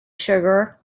sugar